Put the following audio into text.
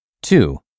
Two